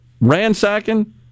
ransacking